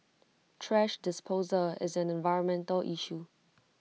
thrash disposal is an environmental issue